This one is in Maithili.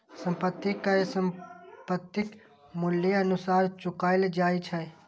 संपत्ति कर संपत्तिक मूल्यक अनुसार चुकाएल जाए छै